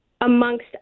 Amongst